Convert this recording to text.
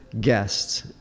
guests